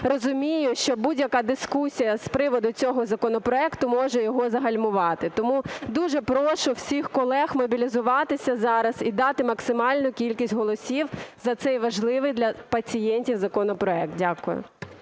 розумію, що будь-яка дискусія з приводу цього законопроекту може його загальмувати, тому дуже прошу всіх колег мобілізуватися зараз і дати максимальну кількість голосів за цей важливий для пацієнтів законопроект. Дякую.